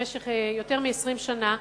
במשך יותר מ-20 שנה,